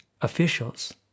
officials